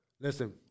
listen